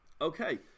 okay